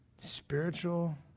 spiritual